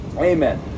Amen